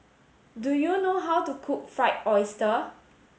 do you know how to cook fried oyster